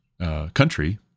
country